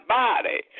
body